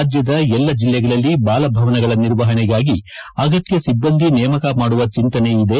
ರಾಜ್ಯದ ಎಲ್ಲ ಜಲ್ಲಿಗಳಲ್ಲಿ ಬಾಲಭವನಗಳ ನಿರ್ವಪಣೆಗಾಗಿ ಆಗತ್ತ ಸಿಬ್ಬಂದಿ ನೇಮಕ ಮಾಡುವ ಚಂತನೆ ಇದೆ